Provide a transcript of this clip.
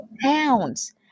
pounds